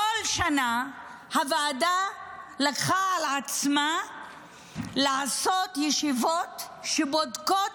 בכל שנה הוועדה לקחה על עצמה לעשות ישיבות שבודקות